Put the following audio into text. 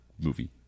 movie